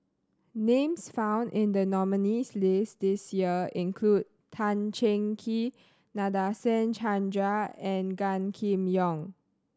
names found in the nominees' list this year include Tan Cheng Kee Nadasen Chandra and Gan Kim Yong